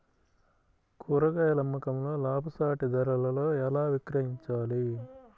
కూరగాయాల అమ్మకంలో లాభసాటి ధరలలో ఎలా విక్రయించాలి?